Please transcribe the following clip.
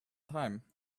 time